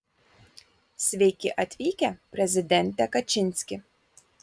sveiki atvykę prezidente kačinski